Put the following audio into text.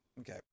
Okay